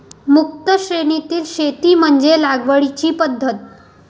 मुक्त श्रेणीतील शेती म्हणजे लागवडीची पद्धत